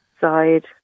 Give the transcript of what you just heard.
side